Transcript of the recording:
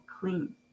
clean